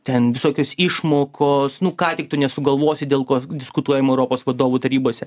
ten visokios išmokos nu ką tik tu nesugalvosi dėl ko diskutuojama europos vadovų tarybose